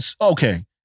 okay